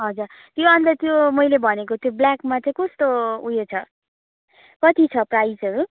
हजुर त्यो अन्त त्यो मैले भनेको त्यो ब्ल्याकमा चाहिँ कस्तो उयो छ कति छ प्राइसहरू